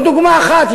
זאת דוגמה אחת.